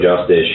justice